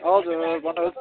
हजुर भन्नुहोस्